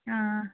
ꯑꯥ